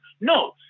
No